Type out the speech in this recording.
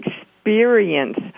experience